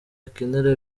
akenera